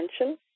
attention